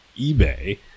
eBay